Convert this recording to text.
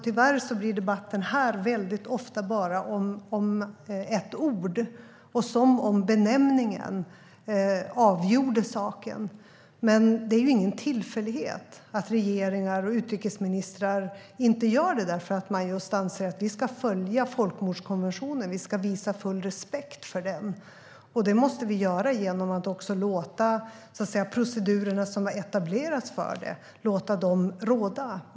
Tyvärr handlar debatten här ofta bara om ett ord - som om benämningen avgjorde saken. Men det är ju ingen tillfällighet att regeringar och vi utrikesministrar inte gör det därför att vi anser att vi ska följa folkmordskonventionen och visa full respekt för den. Det måste vi göra genom att låta procedurerna som har etablerats för detta råda.